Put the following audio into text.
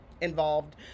involved